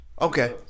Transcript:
Okay